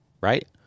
right